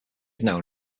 known